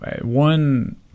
One